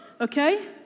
okay